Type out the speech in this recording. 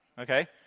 Okay